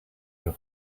your